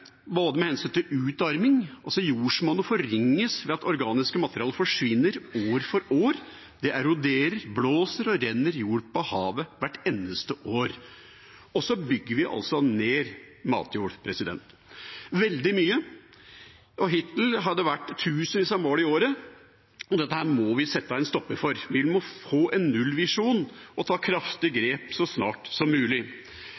både utarming – jordsmonnet forringes ved at organiske materialer forsvinner år for år, og det eroderer, blåser og renner jord på havet hvert eneste år – og at vi bygger ned veldig mye matjord. Hittil har det vært tusenvis av mål i året, og dette må vi sette en stopper for. Vi må få en nullvisjon og ta